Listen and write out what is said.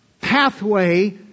pathway